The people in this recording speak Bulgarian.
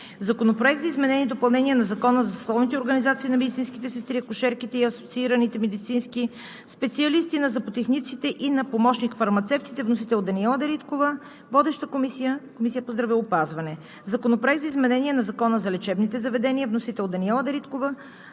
Законопроект за изменение и допълнение на Закона за съсловните организации на медицинските сестри, акушерките и асоциираните медицински специалисти, на зъботехниците и на помощник-фармацевтите. Вносител – Даниела Дариткова. Водеща е Комисията по здравеопазване. Законопроект за изменение на Закона за лечебните заведения. Вносител – Даниела Дариткова.